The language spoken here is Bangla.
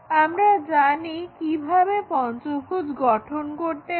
আমরা জানি কিভাবে পঞ্চভুজ গঠন করতে হয়